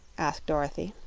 asked dorothy.